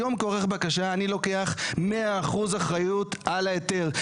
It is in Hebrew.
היום כעורך בקשה אני לוקח 100% אחריות על ההיתר.